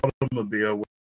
automobile